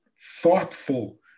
thoughtful